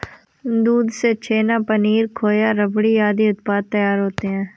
दूध से छेना, पनीर, खोआ, रबड़ी आदि उत्पाद तैयार होते हैं